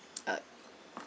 uh